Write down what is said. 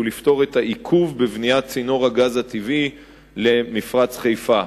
הוא לפתור את העיכוב בבניית צינור הגז הטבעי למפרץ חיפה.